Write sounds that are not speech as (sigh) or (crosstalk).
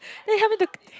(laughs) then he helped me to c~